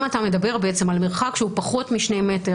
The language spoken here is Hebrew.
אם אתה מדבר על מרחק שהוא פחות משני מטר,